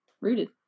rooted